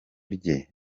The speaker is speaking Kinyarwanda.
rye